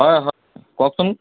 হয় হয় কওকচোন